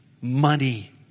money